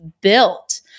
built